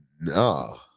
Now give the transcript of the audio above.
No